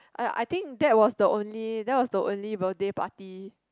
oh I think that was the only that was the only birthday party